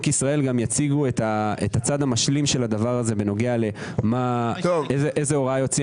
ישראל גם יציגו את הצד המשלים של הדבר הזה בנוגע לאיזו הוראה יוציא